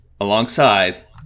alongside